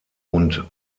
und